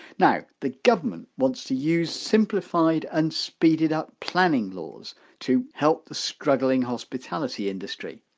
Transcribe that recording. now the government wants to use simplified and speeded up planning laws to help the struggling hospitality industry.